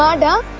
um and